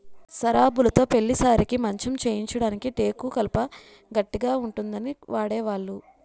సరాబులుతో పెళ్లి సారెకి మంచం చేయించడానికి టేకు కలప గట్టిగా ఉంటుందని వాడేవాళ్లు